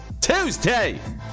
Tuesday